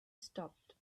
stopped